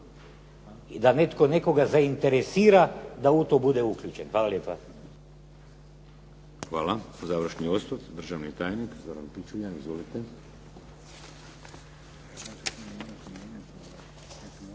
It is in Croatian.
i da netko nekoga zainteresira da u to bude uključen. Hvala lijepa. **Šeks, Vladimir (HDZ)** Hvala. Završni osvrt, državni tajnik Zoran Pičuljan. Izvolite